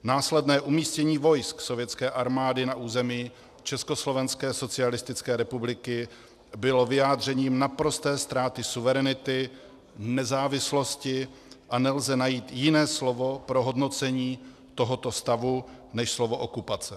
Následné umístění vojsk sovětské armády na území Československé socialistické republiky bylo vyjádřením naprosté ztráty suverenity, nezávislosti a nelze najít jiné slovo pro hodnocení tohoto stavu než slovo okupace.